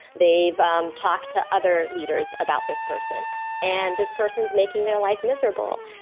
they've um talked to other leaders about this person and this person's making their life miserable.